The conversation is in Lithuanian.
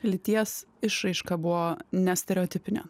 lyties išraiška buvo nestereotipinio